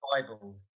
Bible